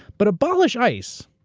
but abolish ice,